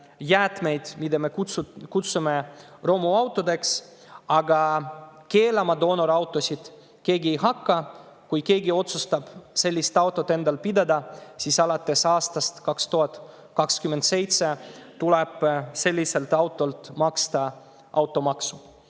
mida me kutsume romuautodeks. Aga keelama doonorautosid keegi ei hakka. Kui keegi otsustab sellist autot endal pidada, siis alates aastast 2027 tuleb sellise auto eest maksta automaksu.